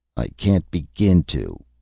i can't begin to,